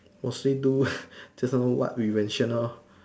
mostly do just now what we mention loh